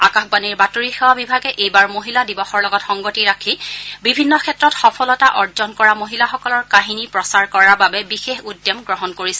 আকাশবাণীৰ বাতৰি সেৱা বিভাগে এইবাৰ মহিলা দিৱসৰ লগত সংগতি ৰাখি বিভিন্ন ক্ষেত্ৰত সফলতা অৰ্জন কৰা মহিলাসকলৰ কাহিনী প্ৰচাৰ কৰাৰ বাবে বিশেষ উদ্যম গ্ৰহণ কৰিছে